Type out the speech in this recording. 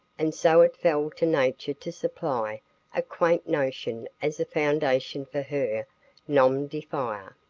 and so it fell to nature to supply a quaint notion as a foundation for her nom-de-fire.